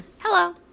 Hello